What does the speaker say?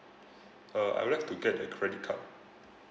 uh I would like to get a credit card